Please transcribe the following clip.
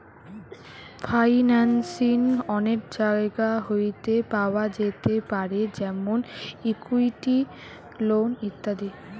financing অনেক জায়গা হইতে পাওয়া যেতে পারে যেমন ইকুইটি, লোন ইত্যাদি